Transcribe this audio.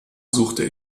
suchte